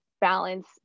balance